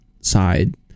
side